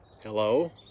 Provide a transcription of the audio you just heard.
hello